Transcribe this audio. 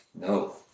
No